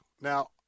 now